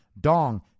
Dong